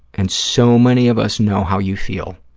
and so many of us know how you feel,